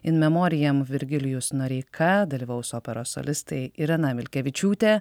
in memorijam virgilijus noreika dalyvaus operos solistai irena milkevičiūtė